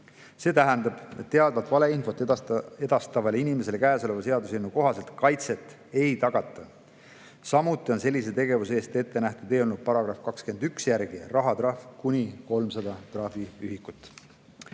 See tähendab, et teadvalt valeinfot edastavale inimesele käesoleva seaduseelnõu kohaselt kaitset ei tagata. Samuti on sellise tegevuse eest eelnõu § 21 järgi ette nähtud rahatrahv kuni 300 trahviühikut.